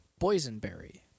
boysenberry